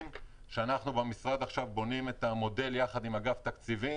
ואנחנו במשרד בונים עכשיו את המודל יחד עם אגף תקציבים.